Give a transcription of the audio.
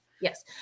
Yes